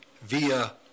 via